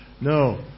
no